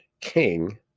king